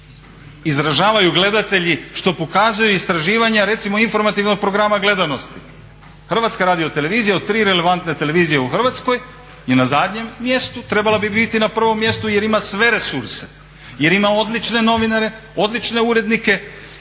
programa gledanosti. HRT od tri relevantne televizije u Hrvatskoj je na zadnjem mjestu, trebala bi biti na prvom mjestu jer ima sve resurse, jer ima odlične novinare, odlične urednike